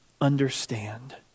understand